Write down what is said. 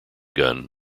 gun